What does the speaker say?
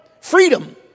Freedom